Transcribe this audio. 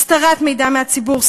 הסתרת מידע מהציבור,